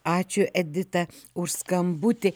ačiū edita už skambutį